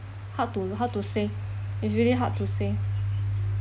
how to how to say it's really hard to say